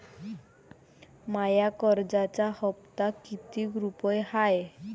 माया कर्जाचा हप्ता कितीक रुपये हाय?